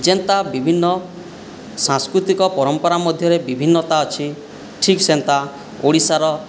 ଯେମିତିଆ ବିଭିନ୍ନ ସାଂସ୍କୃତିକ ପରମ୍ପରା ମଧ୍ୟରେ ବିଭିନ୍ନତା ଅଛି ଠିକ୍ ସେମିତିଆ ଓଡ଼ିଶାର